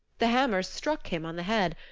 the hammer struck him on the head.